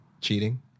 cheating